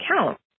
account